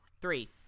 Three